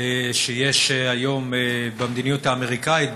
שיש היום במדיניות האמריקנית,